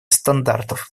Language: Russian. стандартов